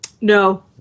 No